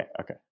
Okay